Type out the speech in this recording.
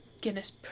Guinness